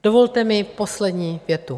Dovolte mi poslední větu.